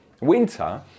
Winter